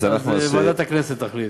אז ועדת הכנסת תחליט.